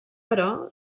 però